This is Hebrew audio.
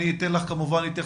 אני אתן לך שתתייחסי,